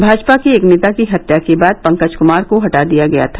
भाजपा के एक नेता की हत्या के बाद पंकज कुमार को पद से हटा दिया गया था